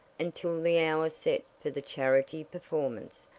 until the hour set for the charity performance,